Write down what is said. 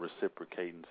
reciprocating